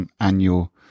annual